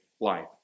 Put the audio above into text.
life